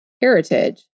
heritage